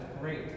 great